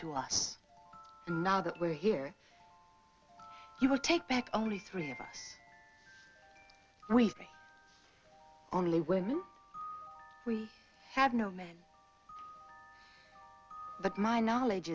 to us now that we're here you would take back only three of us we only when we have no but my knowledge